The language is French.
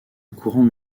courant